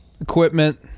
Equipment